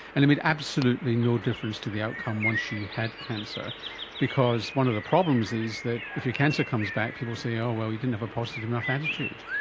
and it made absolutely no difference to the outcome once you had cancer because one of the problems is that if your cancer comes back people say, oh well, you didn't have a positive enough attitude.